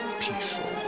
peaceful